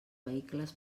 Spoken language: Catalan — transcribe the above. vehicles